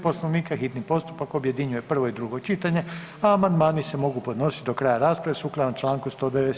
Poslovnika, hitni postupak objedinjuje prvo i drugo čitanje a amandmani se mogu podnositi do kraja rasprave sukladno članku 197.